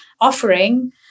offering